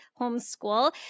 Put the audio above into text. homeschool